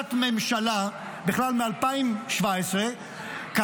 להחלטת ממשלה מ-2017 בכלל,